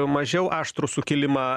mažiau aštrų sukilimą